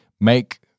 make